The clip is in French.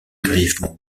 grièvement